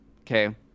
okay